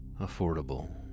Affordable